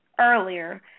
earlier